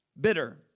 bitter